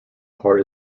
part